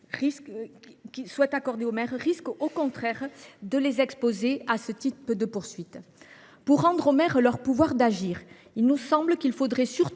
proposition de loi risque au contraire de les exposer à ce type de poursuites. Pour rendre aux maires leur pouvoir d’agir, il nous semble qu’il faudrait surtout